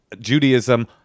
Judaism